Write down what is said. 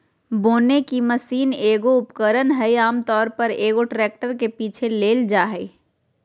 बोने की मशीन एगो उपकरण हइ आमतौर पर, एगो ट्रैक्टर के पीछे ले जाल जा हइ